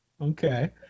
Okay